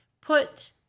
put